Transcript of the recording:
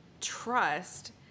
trust